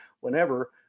whenever